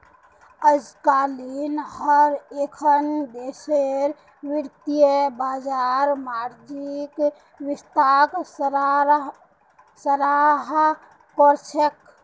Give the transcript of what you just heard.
अजकालित हर एकखन देशेर वित्तीय बाजार मार्जिन वित्तक सराहा कर छेक